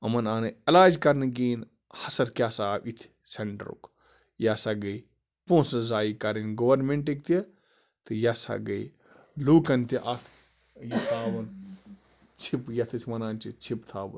یِمَن آو نہٕ علاج کَرنہٕ کِہیٖنۍ ہَسَر کیٛاہ سا آو یِتھِ سٮ۪نٛٹَرُک یہِ ہَسا گٔے پونٛسہٕ ضایع کَرٕنۍ گورمٮ۪نٛٹٕکۍ تہِ تہٕ یہِ ہَسا گٔے لوٗکَن تہِ اَکھ یہِ ترٛاوُن ژھِپ یَتھ أسۍ وَنان چھِ ژھِپ تھاوُن